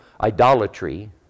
idolatry